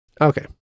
Okay